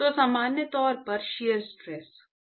तो सामान्य तौर पर शियर स्ट्रेस